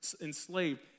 enslaved